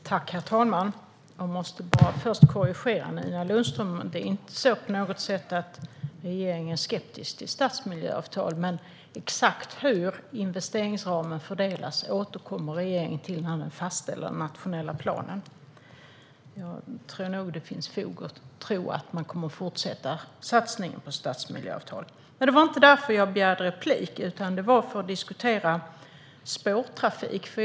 Herr talman! Jag måste börja med att korrigera Nina Lundström. Det är inte så att regeringen på något sätt är skeptisk till stadsmiljöavtal. Men exakt hur investeringsramen fördelas återkommer regeringen till när man fastställer den nationella planen. Jag tror att det finns fog att tro att man kommer att fortsätta satsningen på stadsmiljöavtal. Men det var inte därför som jag begärde replik. Det gjorde jag för att diskutera spårtrafik.